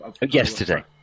Yesterday